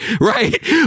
Right